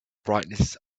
brightness